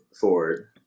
ford